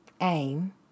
aim